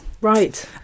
right